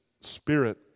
spirit